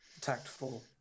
tactful